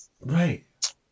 Right